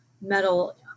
metal